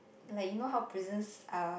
like you know how prisons are